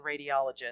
radiologist